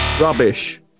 Rubbish